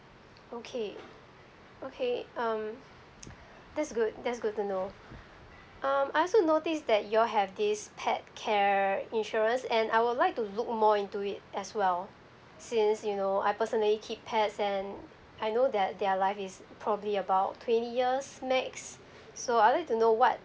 okay okay um that's good that's good to know um I also notice that you all have this pet care insurance and I would like to look more into it as well since you know I personally keep pets then I know that their life is probably about twenty years next so I would like to know what